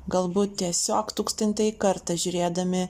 galbūt tiesiog tūkstantąjį kartą žiūrėdami